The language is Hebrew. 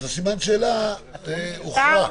וסימן השאלה הוכרע.